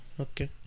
okay